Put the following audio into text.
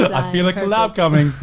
i feel like the lab coming.